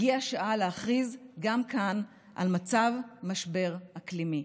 הגיעה השעה להכריז גם כאן על מצב משבר אקלימי.